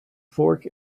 fork